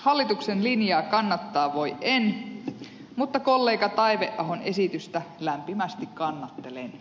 hallituksen linjaa kannattaa voi en mutta kollega taiveahon esitystä lämpimästi kannattelen